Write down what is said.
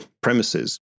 premises